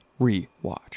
rewatch